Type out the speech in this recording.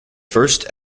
first